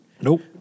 Nope